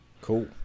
Cool